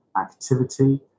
activity